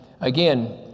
again